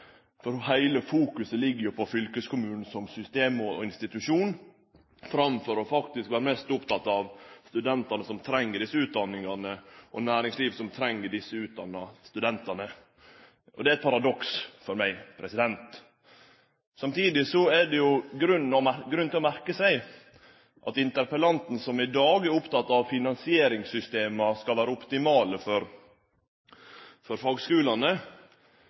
for heile fokuset ligg jo på fylkeskommunen som system og institusjon – framfor faktisk å vere mest oppteken av studentane som treng desse utdanningane, og av næringslivet som treng desse utdanna studentane. For meg er det eit paradoks. Samtidig er det grunn til å merke seg at interpellanten, som i dag er oppteken av at finansieringssystema skal vere optimale for fagskulane,